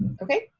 okay,